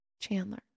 Chandler